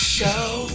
show